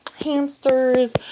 hamsters